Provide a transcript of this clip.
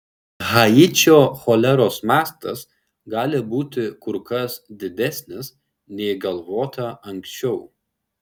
haičio choleros mastas gali būti kur kas didesnis nei galvota anksčiau